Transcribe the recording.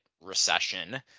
recession